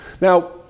Now